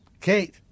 Kate